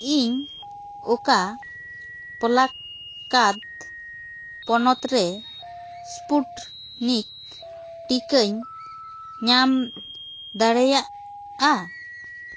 ᱤᱧ ᱚᱠᱟ ᱯᱚᱞᱟᱠ ᱠᱟᱛ ᱦᱯᱚᱱᱚᱛ ᱨᱮ ᱥᱯᱩᱴᱱᱤᱠ ᱴᱤᱠᱟᱹᱧ ᱧᱟᱢ ᱫᱟᱲᱮᱭᱟᱜᱼᱟ